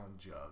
jug